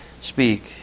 speak